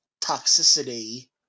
toxicity